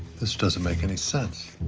this doesn't make any sense.